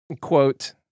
quote